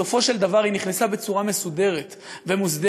בסופו של דבר היא נכנסה בצורה מסודרת ומוסדרת.